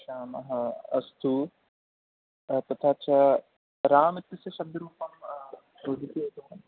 रक्षामः अस्तु तथा च राम इत्यस्य शब्दरूपं वदन्तु एकवारं